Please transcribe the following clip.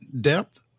Depth